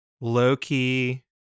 low-key